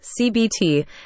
CBT